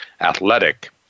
athletic